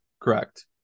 Correct